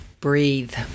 breathe